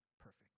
perfect